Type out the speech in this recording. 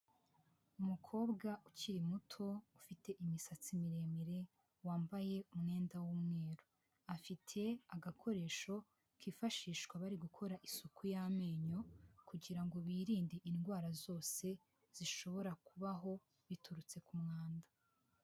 Umukobwa ukiri muto ufite imisatsi miremire, wambaye umwenda w'umweru. Afite agakoresho kifashishwa bari gukora isuku y'amenyo, kugirango birinde indwara zose zishobora kubaho biturutse ku mwanda.